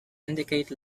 indicate